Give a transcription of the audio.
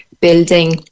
Building